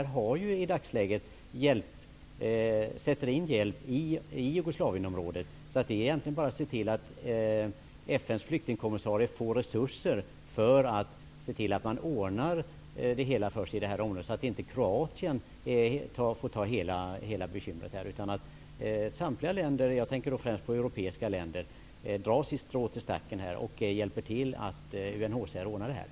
I dagsläget sätter UNHCR in hjälp i Jugoslavienområdet. Det är egentligen bara att se till att FN:s flyktingkommissarie får resurser för att se till att man ordnar det hela i området, så att inte Kroatien får ta hela bekymret. Samtliga länder -- jag tänker då främst på europeiska länder -- skall dra sitt strå till stacken och hjälpa till, så att UNHCR kan ordna detta.